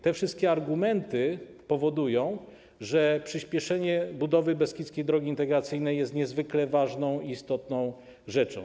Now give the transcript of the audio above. Te wszystkie argumenty powodują, że przyspieszenie budowy Beskidzkiej Drogi Integracyjnej jest niezwykle ważną, istotną rzeczą.